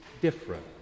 different